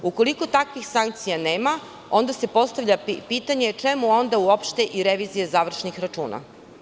Ukoliko takvih sankcija nema, onda se postavlja pitanje čemu onda uopšte i revizija završnih računa?